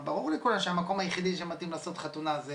ברור לכולם שהמקום היחידי שמתאים לעשות חתונה זה